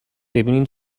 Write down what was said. ببینین